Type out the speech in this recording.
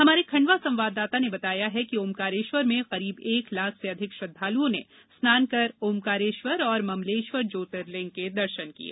हमारे खंडवा संवाददाता ने बताया है कि ओंकारेश्वर में करीब एक लाख से अधिक श्रद्वालुओं ने स्नान कर ओंकारेश्वर एवं ममलेश्वर ज्योतिर्लिंग के दर्शन किये